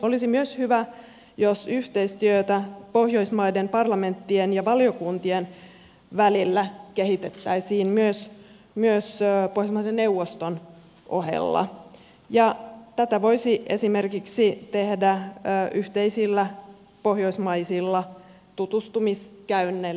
olisi myös hyvä jos yhteistyötä pohjoismaiden parlamenttien ja valiokuntien välillä kehitettäisiin myös pohjoismaiden neuvoston ohella ja tätä voisi esimerkiksi tehdä yhteisillä pohjoismaisilla tutustumiskäynneillä